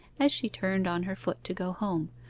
as she turned on her foot to go home,